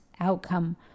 outcome